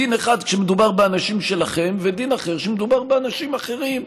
דין אחד כשמדובר באנשים שלכם ודין אחר כשמדובר באנשים אחרים.